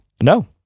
No